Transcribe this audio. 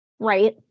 right